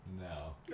No